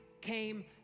came